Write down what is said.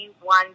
one